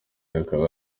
akaba